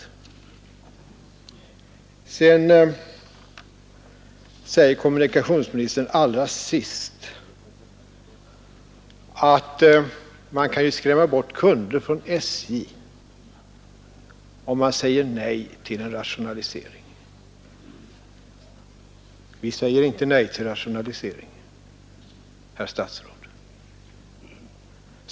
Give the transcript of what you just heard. Allra sist säger kommunikationsministern att man kan skrämma bort kunder från SJ, om man säger nej till en rationalisering. Vi säger inte nej till en rationalisering, herr statsråd!